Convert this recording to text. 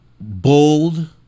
Bold